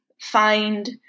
find